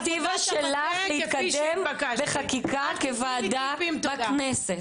זה גם דירקטיבה שלך להתקדם בחקיקה כוועדה בכנסת.